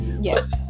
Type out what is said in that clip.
yes